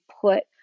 put